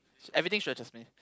everything stresses me